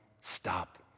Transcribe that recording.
stop